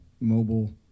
mobile